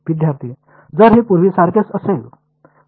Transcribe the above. विद्यार्थी जर हे पूर्वीसारखेच असेल